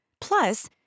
Plus